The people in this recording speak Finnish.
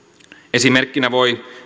esimerkkinä voi